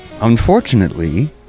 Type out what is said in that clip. unfortunately